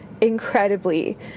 incredibly